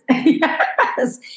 yes